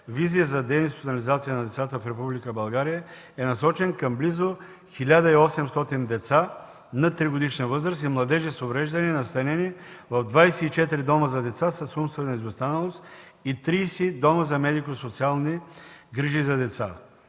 „Визия за деинституционализация на децата в Република България“ е насочен към близо 1800 деца над 3-годишна възраст и младежи с увреждания, настанени в 24 дома за деца с умствена изостаналост и 30 дома за медико-социални грижи за деца.